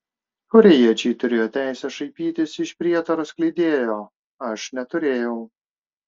korėjiečiai turėjo teisę šaipytis iš prietaro skleidėjo aš neturėjau